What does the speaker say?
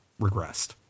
regressed